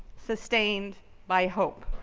sustained by hope.